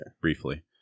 Briefly